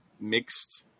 mixed